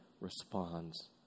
responds